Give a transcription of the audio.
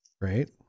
Right